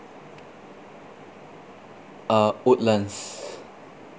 uh woodlands